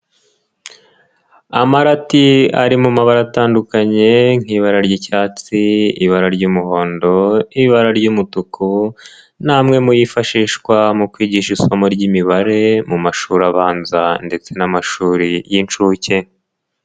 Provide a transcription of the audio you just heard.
Amarati ari mu mabara atandukanye nk'ibara ry'icyatsi, ibara ry'umuhondo, ibara ry'umutuku, ni amwe mu yifashishwa mu kwigisha isomo ry'imibare, mu mashuri abanza ndetse n'amashuri y'incuke.